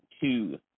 Two